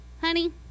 honey